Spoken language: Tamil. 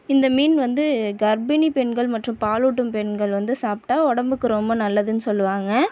இந்த மீன் வந்து கர்ப்பிணி பெண்கள் மற்றும் பாலூட்டும் பெண்கள் வந்து சாப்பிட்டா உடம்புக்கு ரொம்ப நல்லதுன் சொல்லுவாங்க